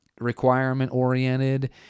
requirement-oriented